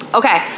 okay